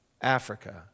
Africa